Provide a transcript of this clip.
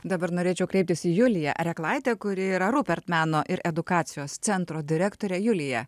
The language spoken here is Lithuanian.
dabar norėčiau kreiptis į juliją reklaitę kuri yra rupert meno ir edukacijos centro direktorė julija